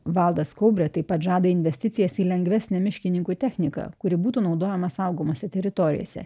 valdas kaubrė taip pat žada investicijas į lengvesnę miškininkų techniką kuri būtų naudojama saugomose teritorijose